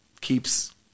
keeps